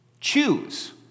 choose